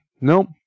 nope